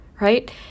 right